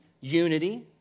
unity